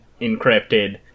encrypted